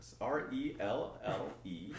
R-E-L-L-E